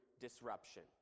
disruption